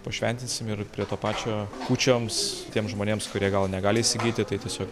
pašventinsim ir prie to pačio kūčioms tiems žmonėms kurie gal negali įsigyti tai tiesio